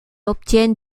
obtient